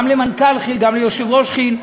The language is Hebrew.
גם למנכ"ל כי"ל, גם ליו"ר כי"ל.